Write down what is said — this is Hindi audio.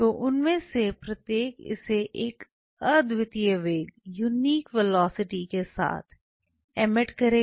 तो उनमें से प्रत्येक इसे एक अद्वितीय वेग के साथ एमिट करेगा